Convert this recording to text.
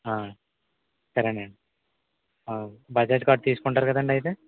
ఆ సరేనండి ఆ బజాజ్ కార్డ్ తీసుకుంటారు కదండి అయితే